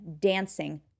dancing